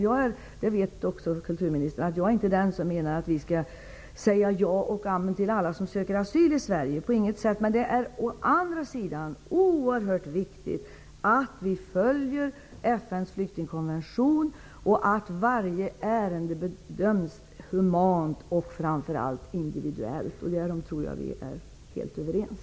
Jag är inte, det vet kulturministern också, den som menar att Sveriges skall säga ja och amen till alla som söker asyl i Sverige, inte på något vis. Å andra sidan är det oerhört viktigt att vi följer FN:s flyktingkonvention och att varje ärende bedöms humant och framför allt individuellt. Därom tror jag att vi är helt överens.